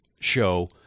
show